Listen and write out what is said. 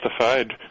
justified